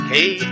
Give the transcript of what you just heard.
Hey